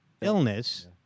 illness